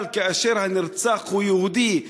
אבל כאשר הנרצח הוא יהודי,